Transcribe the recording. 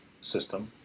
system